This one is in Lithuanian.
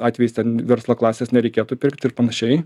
atvejais ten verslo klasės nereikėtų pirkt ir panašiai